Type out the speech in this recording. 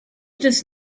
does